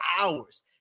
hours